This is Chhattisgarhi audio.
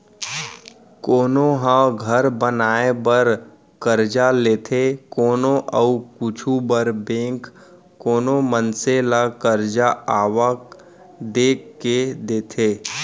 कोनो ह घर बनाए बर करजा लेथे कोनो अउ कुछु बर बेंक कोनो मनसे ल करजा आवक देख के देथे